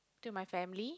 to my family